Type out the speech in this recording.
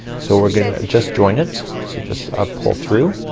so we're gonna, just join it. so just ah pull through,